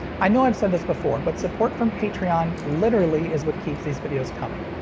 i know i've said this before, but support from patreon literally is what keeps these videos coming.